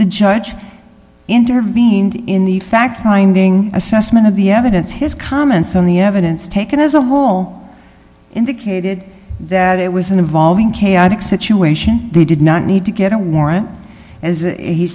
the judge intervened in the fact finding assessment of the evidence his comments on the evidence taken as a whole indicated that it was an evolving chaotic situation they did not need to get a warrant as he